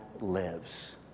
lives